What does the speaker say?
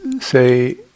say